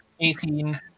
eighteen